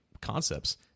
concepts